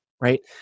right